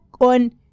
on